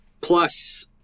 plus